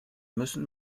müssen